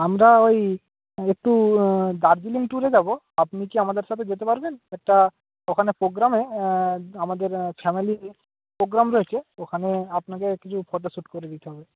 আমরা ওই একটু দার্জিলিং ট্যুরে যাব আপনি কি আমাদের সাথে যেতে পারবেন একটা ওখানে প্রোগ্রামে আমাদের ফ্যামিলির প্রোগ্রাম রয়েছে ওখানে আপনাকে কিছু ফটো শ্যুট করে দিতে হবে